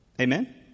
amen